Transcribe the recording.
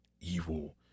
evil